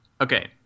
Okay